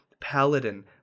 Paladin